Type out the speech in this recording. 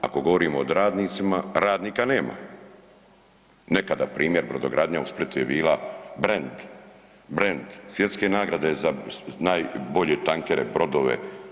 Ako govorimo o radnicima, radnika nema, nekada primjer brodogradnja u Splitu je bila brend, brend, svjetske nagrade za najbolje tankere, brodove.